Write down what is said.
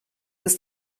ist